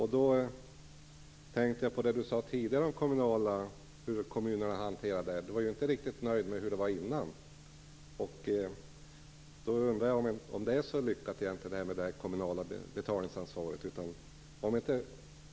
Hans Karlsson var ju inte heller riktigt nöjd med hur kommunerna hanterade detta tidigare, så jag undrar om det kommunala betalningsansvaret egentligen är så lyckat.